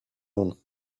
phone